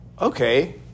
Okay